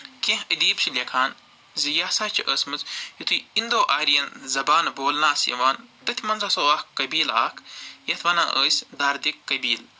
کیٚنہہ ادیٖب چھِ لٮ۪کھان زِ یہِ ہسا چھِ ٲس مٕژ زِ یِتھُے اِنڈو آرین زَبانہٕ آسہٕ بولنہٕ یِوان أتھۍ منٛز ہسا اوس اکھ قٔبیٖلہٕ اکھ یتھ وَنان ٲسۍ دردِ قٔبیٖلہٕ